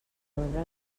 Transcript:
ordre